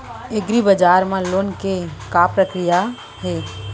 एग्रीबजार मा लोन के का प्रक्रिया हे?